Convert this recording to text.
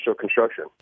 construction